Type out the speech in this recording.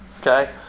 Okay